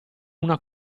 una